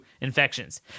infections